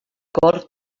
cor